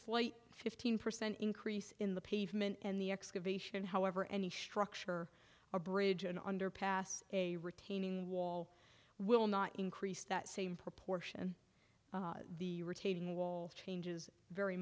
slight fifteen percent increase in the pavement and the excavation however any structure or bridge an underpass a retaining wall will not increase that same proportion the retaining wall changes very